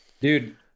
dude